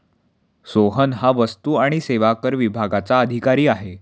सोहन हा वस्तू आणि सेवा कर विभागाचा अधिकारी आहे